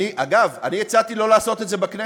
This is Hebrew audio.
אני הצעתי לא לעשות את זה בכנסת,